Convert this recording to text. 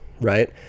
right